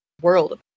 World